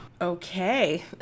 Okay